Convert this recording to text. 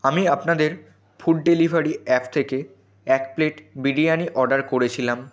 আমি আপনাদের food delivery app থেকে এক প্লেট বিরিয়ানি অর্ডার করেছিলাম